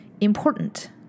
important